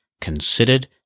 considered